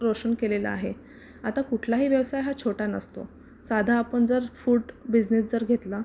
रोशन केलेलं आहे आता कुठलाही व्यवसाय हा छोटा नसतो साधा आपण जर फूट बिझनेस जर घेतला